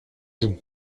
joue